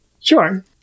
sure